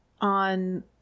on